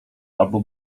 albo